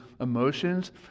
emotions